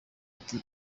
ati